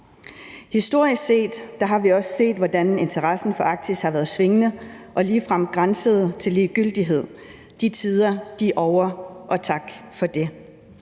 Historisk har vi også har set, hvordan interessen for Arktis har været svingende og ligefrem været grænsende til ligegyldighed. De tider er ovre, og tak for det.